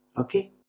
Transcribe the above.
okay